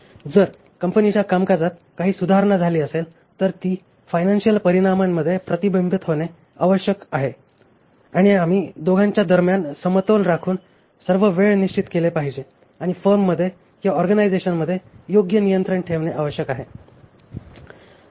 जर कंपनीच्या कामकाजात काही सुधारणा झाली असेल तर ती फायनान्शिअल परिणामामध्ये प्रतिबिंबित होणे आवश्यक आहे आणि आम्ही दोघांच्या दरम्यान समतोल राखून सर्व वेळ निश्चित केले पाहिजे आणि फर्ममध्ये किंवा ऑर्गनायझेशनमध्ये योग्य नियंत्रण ठेवणे आवश्यक आहे